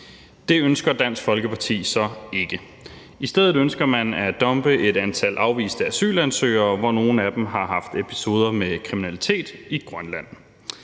Det ønsker Dansk Folkeparti så ikke. I stedet ønsker man at dumpe et antal afviste asylansøgere, hvoraf nogle har haft episoder med kriminalitet, i Grønland